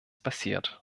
passiert